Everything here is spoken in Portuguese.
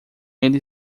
ele